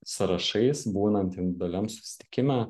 sąrašais būnant individualiam susitikime